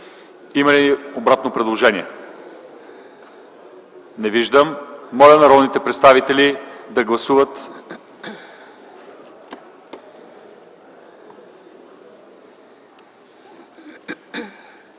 Има ли обратно предложение? Не виждам. Моля народни представители да гласуват.